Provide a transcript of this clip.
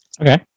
Okay